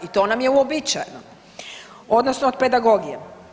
I to nam je uobičajeno odnosno od pedagogije.